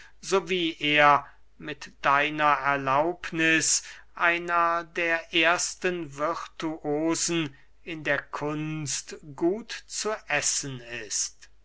wie er mit deiner erlaubniß einer der ersten virtuosen in der kunst gut zu essen ist